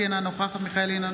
אינו נוכח אלמוג כהן,